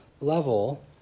level